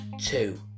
Two